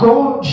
God